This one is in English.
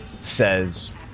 says